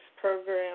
program